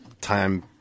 time